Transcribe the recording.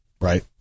Right